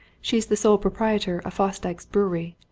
she's the sole proprietor of fosdyke's brewery.